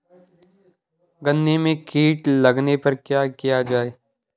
गन्ने में कीट लगने पर क्या किया जाये?